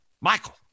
Michael